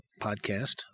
podcast